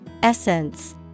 Essence